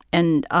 and